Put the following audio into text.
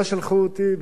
לא שלחו אותי,